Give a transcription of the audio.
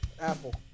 Apple